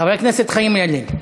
חבר הכנסת חיים ילין.